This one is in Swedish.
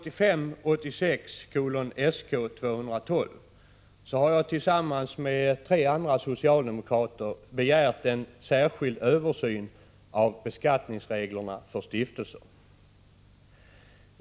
I motion 1985/86:Sk212 har jag tillsammans med tre andra socialdemokrater begärt en särskild översyn av beskattningsreglerna för stiftelser.